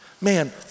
man